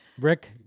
Rick